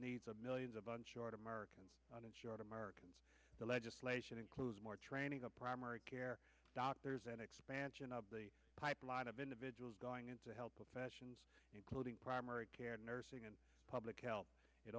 needs of millions of uninsured americans uninsured americans the legislation includes more training of primary care doctors an expansion of the pipeline of individuals going into health professions including primary care nursing and public health it